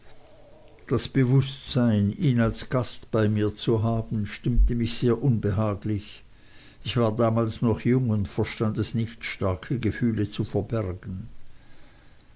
das bewußtsein ihn als gast bei mir zu haben stimmte mich sehr unbehaglich ich war damals noch jung und verstand es nicht starke gefühle zu verbergen